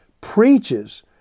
preaches